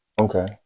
Okay